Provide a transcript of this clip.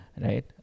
right